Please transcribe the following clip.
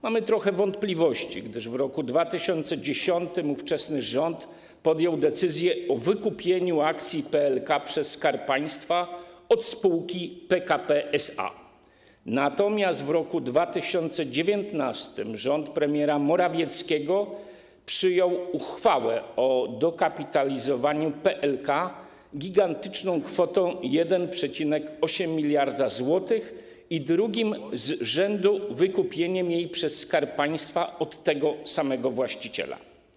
Mamy trochę wątpliwości, gdyż w roku 2010 ówczesny rząd podjął decyzję o wykupieniu akcji PLK przez Skarb Państwa od spółki PKP SA, natomiast w roku 2019 rząd premiera Morawieckiego przyjął uchwałę o dokapitalizowaniu PLK gigantyczną kwotą 1,8 mld zł i drugim z rzędu wykupieniu jej przez Skarb Państwa od tego samego właściciela.